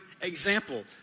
example